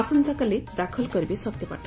ଆସନ୍ତାକାଲି ଦାଖଲ କରିବେ ସତ୍ୟପାଠ